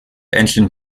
engine